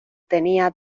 tenía